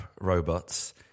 robots